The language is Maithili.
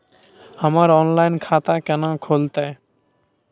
हमर ऑनलाइन खाता केना खुलते?